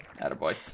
Attaboy